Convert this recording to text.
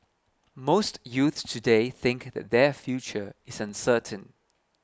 most youths today think that their future is uncertain